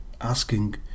asking